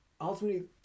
Ultimately